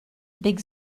big